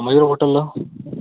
Mayura hotel